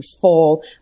fall